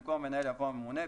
במקום "המנהל" יבוא "הממונה".